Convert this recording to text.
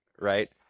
right